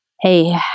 hey